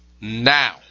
now